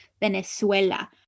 Venezuela